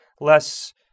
less